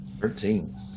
Thirteen